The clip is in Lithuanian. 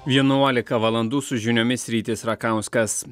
vienuolika valandų su žiniomis rytis rakauskas